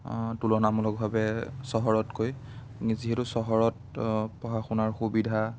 তুলনামূলকভাৱে চহৰতকৈ যিহেতু চহৰত পঢ়া শুনাৰ সুবিধা